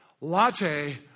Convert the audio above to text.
latte